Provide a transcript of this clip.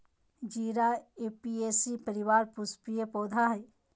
जीरा ऍपियेशी परिवार पुष्पीय पौधा हइ